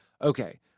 okay